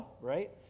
right